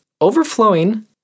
overflowing